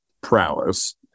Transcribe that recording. prowess